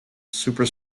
super